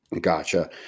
gotcha